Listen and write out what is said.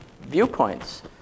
viewpoints